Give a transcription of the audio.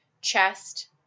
chest